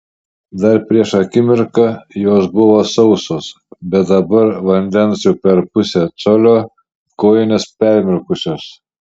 dar prieš akimirką jos buvo sausos bet dabar vandens jau per pusę colio kojinės permirkusios